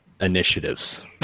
initiatives